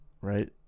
right